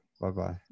Bye-bye